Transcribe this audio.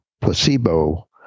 placebo